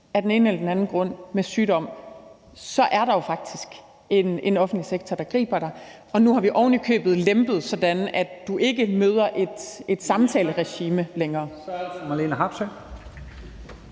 af den ene eller den anden grund i forbindelse med sygdom, er der jo faktisk en offentlig sektor, der griber dig. Og nu har vi ovenikøbet lempet det, sådan at du ikke længere møder et samtaleregime.